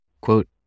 Quote